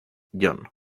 john